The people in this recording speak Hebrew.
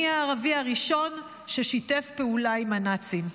אני הערבי הראשון ששיתף פעולה עם הנאצים.